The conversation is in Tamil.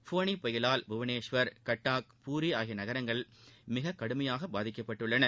ஃபோனி புயலால் புவனேஷ்வர் கட்டாக் பூரி ஆகிய நகரங்கள் மிக கடுமையாக பாதிக்கப்பட்டுள்ளன